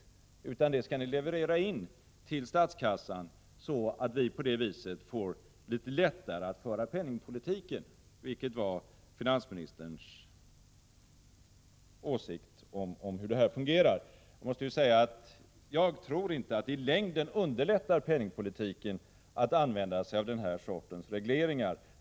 De här pengarna skall ni leverera in till statskassan, så att vi på det viset får litet lättare att föra penningpolitiken, vilket var finansministerns åsikt om hur detta fungerar. Jag måste säga att jag inte tror att det i längden underlättar penningpolitiken att använda sig av den här sortens regleringar.